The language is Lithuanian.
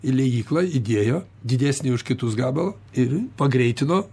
į liejyklą įdėjo didesnį už kitus gabalą ir pagreitino